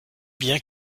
bien